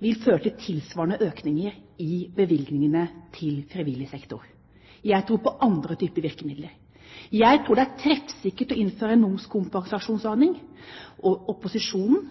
vil føre til tilsvarende økninger i bevilgningene til frivillig sektor. Jeg tror på andre typer virkemidler. Jeg tror det er treffsikkert å innføre en momskompensasjonsordning, og opposisjonen